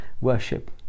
worship